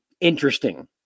interesting